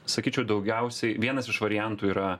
sakyčiau daugiausiai vienas iš variantų yra